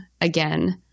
again